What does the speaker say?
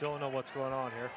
don't know what's going on here